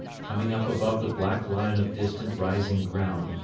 coming up above the black line of distant rising ground,